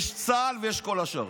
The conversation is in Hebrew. יש צה"ל ויש כל השאר.